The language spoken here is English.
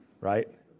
Right